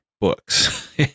books